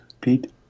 Pete